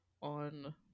On